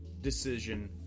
decision